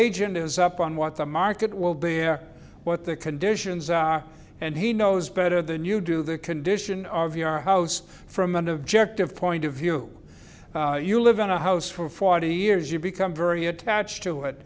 agent is up on what the market will bear what the conditions are and he knows better than you do the condition of your house from an objective point of view you live in a house for forty years you become very attached to it